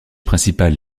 principal